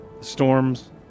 storms